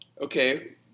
okay